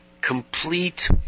complete